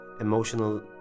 emotional